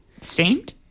Steamed